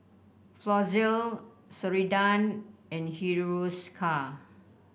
Floxia Ceradan and Hiruscar